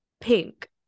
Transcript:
pink